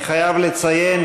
אני חייב לציין